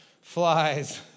flies